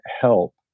help